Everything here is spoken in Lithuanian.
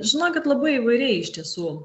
žinokit labai įvairiai iš tiesų